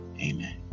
Amen